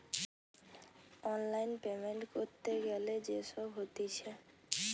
online payment ক্যরতে গ্যালে যে সব হতিছে